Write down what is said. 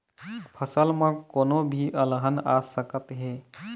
फसल म कोनो भी अलहन आ सकत हे